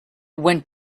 went